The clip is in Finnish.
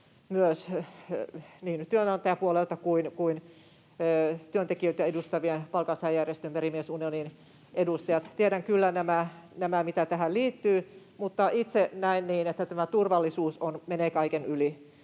niin työnantajapuolelta kuin työntekijöitä edustavan palkansaajajärjestön Merimies-Unionin edustajat. Tiedän kyllä nämä, mitä tähän liittyy, mutta itse näen niin, että tämä turvallisuus menee kaiken yli,